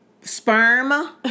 sperm